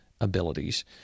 abilities